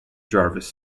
jarvis